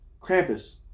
Krampus